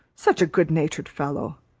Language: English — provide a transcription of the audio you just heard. such a good-natured fellow!